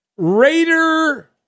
Raider